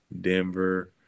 Denver